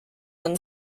than